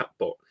chatbot